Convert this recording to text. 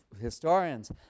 historians